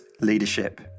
leadership